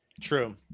True